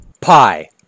Pi